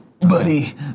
buddy